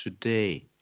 today